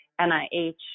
NIH